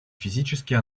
физически